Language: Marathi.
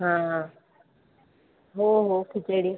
हां हो हो खिचडी